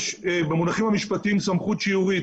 במונחים המשפטיים יש סמכות שיורית.